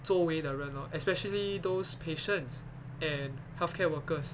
周围的人 orh especially those patients and healthcare workers